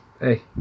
hey